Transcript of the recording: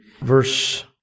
verse